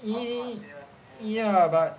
e~ ya but